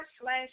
slash